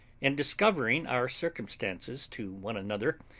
and discovering our circumstances to one another,